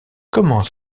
comment